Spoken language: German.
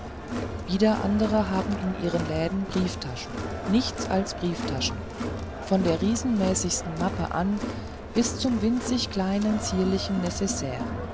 wieder andere haben in ihren läden brieftaschen nichts als brieftaschen von der riesenmäßigsten mappe an bis zum winzig kleinen zierlichen